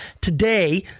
today